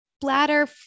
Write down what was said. bladder